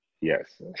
Yes